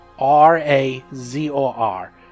R-A-Z-O-R